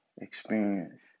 experience